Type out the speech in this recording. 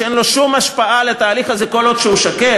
שאין לו השפעה על התהליך הזה כל עוד הוא שקט,